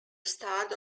starred